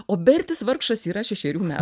o bertis vargšas yra šešerių metų